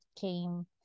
came